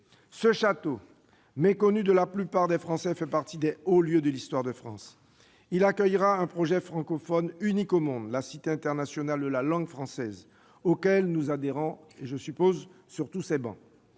Ce château, méconnu de la plupart des Français, fait partie des hauts lieux de l'histoire de France. Il accueillera un projet francophone unique au monde, la cité internationale de la langue française, auquel nous adhérons tous- je suppose -sur ces travées.